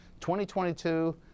2022